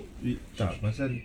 wait tak pasal